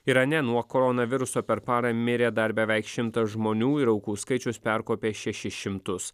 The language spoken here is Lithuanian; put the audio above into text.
irane nuo koronaviruso per parą mirė dar beveik šimtas žmonių ir aukų skaičius perkopė šešis šimtus